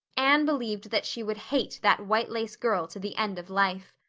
anne believed that she would hate that white-lace girl to the end of life.